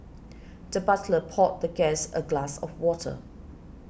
the butler poured the guest a glass of water